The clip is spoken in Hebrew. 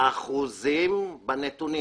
האחוזים בנתונים